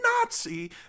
Nazi